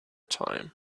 time